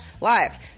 live